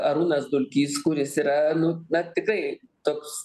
arūnas dulkys kuris yra nu na tikrai toks